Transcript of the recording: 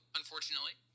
unfortunately